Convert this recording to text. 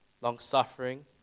Long-suffering